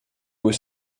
was